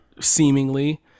seemingly